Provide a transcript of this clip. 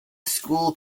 school